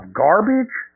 garbage